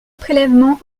prélèvement